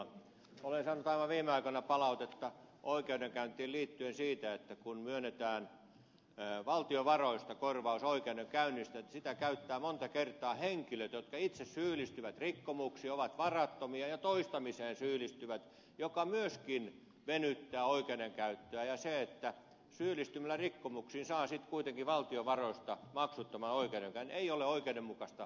olen saanut aivan viime aikoina palautetta oikeudenkäynteihin liittyen siitä että kun myönnetään valtion varoista korvaus oikeudenkäynnistä niin sitä käyttävät monta kertaa henkilöt jotka itse syyllistyvät rikkomuksiin ovat varattomia ja toistamiseen syyllistyvät mikä myöskin venyttää oikeudenkäyttöä ja että se että syyllistymällä rikkomuksiin saa sitten kuitenkin valtion varoista maksuttoman oikeudenkäynnin ei ole oikeudenmukaista